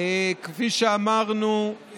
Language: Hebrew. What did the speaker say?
כפי שאמרנו,